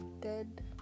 dead